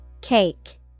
cake